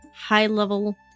high-level